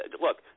Look